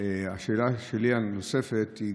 השאלה הנוספת שלי,